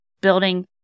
building